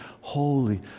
holy